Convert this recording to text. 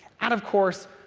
and, of course,